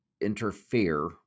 interfere